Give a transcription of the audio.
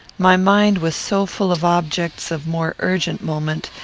my mind was so full of objects of more urgent moment,